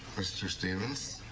mr. stevens.